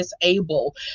disabled